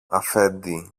αφέντη